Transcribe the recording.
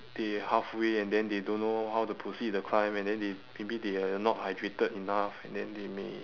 they halfway and then they don't know how to proceed the climb and then they maybe they are not hydrated enough and then they may